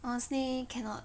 honestly cannot